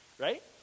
Right